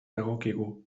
dagokigu